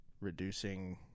reducing